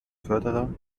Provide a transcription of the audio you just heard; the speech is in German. förderer